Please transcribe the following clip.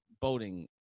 boating